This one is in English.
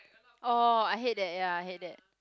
oh I hate that ya I hate that